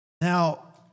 Now